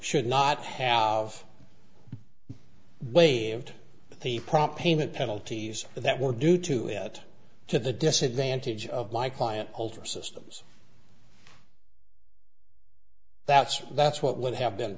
should not have blamed the prompt payment penalties that were due to that to the disadvantage of my client older systems that's that's what would have been